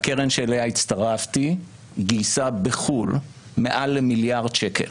הקרן אליה הצטרפתי גייסה בחוץ לארץ מעל למיליארד שקלים